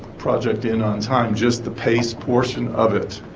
project in on time just the pace portion of it